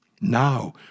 Now